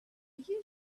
you